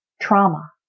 trauma